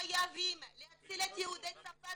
חייבים להציל את יהודי צרפת,